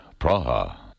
Praha